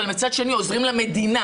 אבל מצד שני עוזרים למדינה.